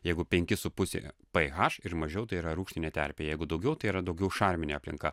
jeigu penki su pusė p h ir mažiau tai yra rūgštinė terpė jeigu daugiau tai yra daugiau šarminė aplinka